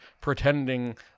pretending